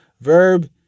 verb